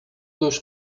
dos